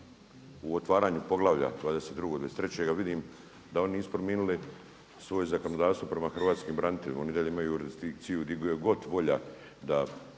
u otvaranju poglavlja 22., 23. vidim da oni nisu promijenili svoje zakonodavstvo prema Hrvatskim braniteljima, oni i dalje imaju jurisdikciju gdje im je god volja da